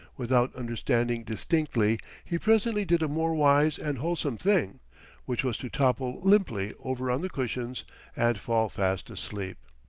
without understanding distinctly, he presently did a more wise and wholesome thing which was to topple limply over on the cushions and fall fast asleep.